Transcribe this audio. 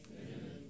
Amen